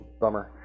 Bummer